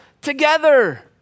together